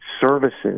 services